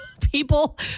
people